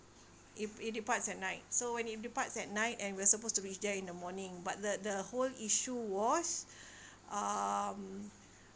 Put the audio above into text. it it departs at night so when it departs at night and we're supposed to reach there in the morning but the the whole issue was um